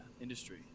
industry